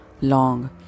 long